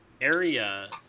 area